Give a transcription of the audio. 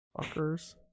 Fuckers